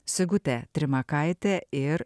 sigutė trimakaitė ir